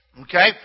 Okay